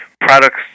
products